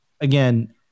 again